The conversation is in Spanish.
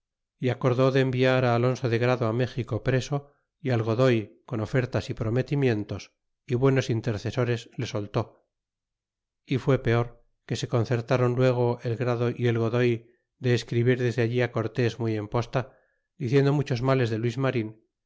y acordó de enviar alonso de grado méxico preso y al godoy con ofertas y prometimientos y buenos intercesores le soltó y fué peor que se concertáron luego el grado y el godoy de escribir desde allí cortés muy en posta diciendo muchos males de luis marin